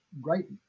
great